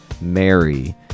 Mary